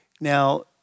Now